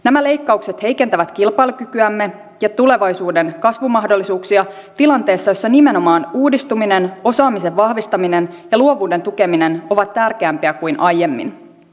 nämä leikkaukset heikentävät kilpailukykyämme ja tulevaisuuden kasvumahdollisuuksia tilanteessa jossa nimenomaan uudistuminen osaamisen vahvistaminen ja luovuuden tukeminen ovat tärkeämpiä kuin aiemmin